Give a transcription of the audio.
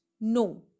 no